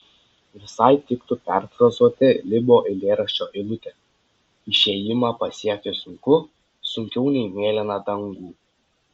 visai tiktų perfrazuoti libo eilėraščio eilutę išėjimą pasiekti sunku sunkiau nei mėlyną dangų